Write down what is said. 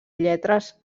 lletres